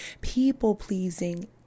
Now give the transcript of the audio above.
people-pleasing